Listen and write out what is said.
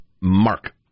mark